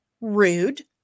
rude